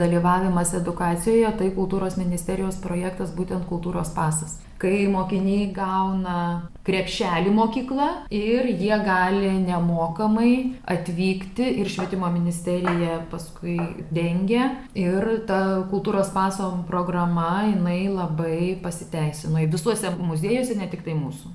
ir būtent dalyvavimas edukacijoje tai kultūros ministerijos projektas būtent kultūros pasas kai mokiniai gauna krepšelį mokykla ir jie gali nemokamai atvykti ir švietimo ministerija paskui dengia ir ta kultūros paso programa jinai labai pasiteisino visuose muziejuose ne tiktai mūsų